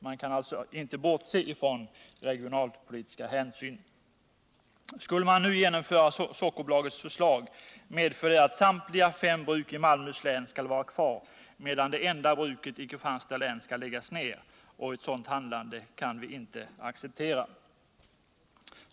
Man kan alltså inte bortse från regionalpolitiska hänsyn. Skulle man nu genomföra Sockerbolagets förslag medför det att samtliga fem bruk i Malmöhus län blir kvar, medan det enda bruket i Kristianstads län läggs ned. Ett sådant handlande kan inte accepteras.